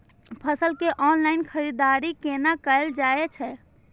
फसल के ऑनलाइन खरीददारी केना कायल जाय छै?